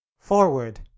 Forward